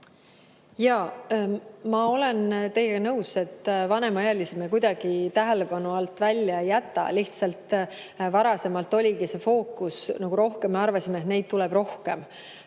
Jaa. Ma olen teiega nõus, et vanemaealisi me kuidagi tähelepanu alt välja ei jäta. Lihtsalt varasemalt oligi see fookus [teistsugune], me arvasime, et neid tuleb rohkem.